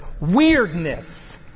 weirdness